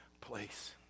place